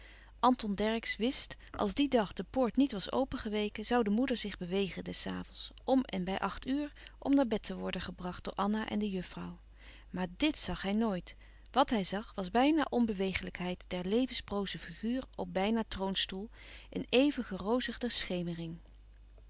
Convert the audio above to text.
anton dercksz wist als dien dag de poort niet was opengeweken zoû de moeder zich bewegen des avonds om en bij acht uur om naar bed te worden gebracht door anna en de juffrouw maar dt zag hij nooit wàt hij zag was bijna onbewegelijkheid der levensbroze figuur op bijna troonstoel in even gerozigde schemering